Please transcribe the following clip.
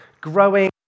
growing